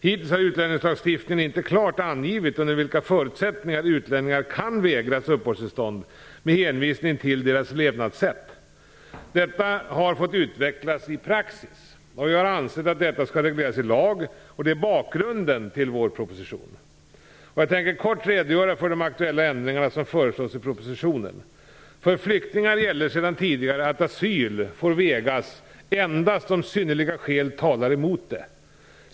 Hittills har utlänningslagstiftningen inte klart angivit under vilka förutsättningar utlänningar kan vägras uppehållstillstånd med hänvisning till deras levnadssätt. Detta har fått utvecklas i praxis. Jag har ansett att detta skall regleras i lag, och det är bakgrunden till vår proposition. Jag tänker kort redogöra för de aktuella ändringar som föreslås i propositionen. För flyktingar gäller sedan tidigare att asyl får vägras endast om synnerliga skäl talar emot det.